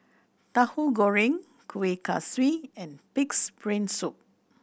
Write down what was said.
Tauhu Goreng Kuih Kaswi and Pig's Brain Soup